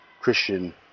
Christian